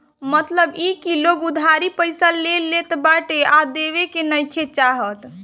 मतलब इ की लोग उधारी पईसा ले लेत बाटे आ देवे के नइखे चाहत